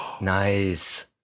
nice